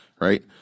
right